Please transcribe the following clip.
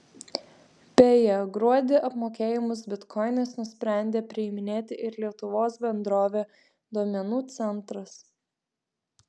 beje gruodį apmokėjimus bitkoinais nusprendė priiminėti ir lietuvos bendrovė duomenų centras